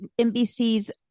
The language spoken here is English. NBC's